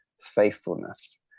faithfulness